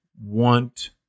want